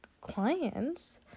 clients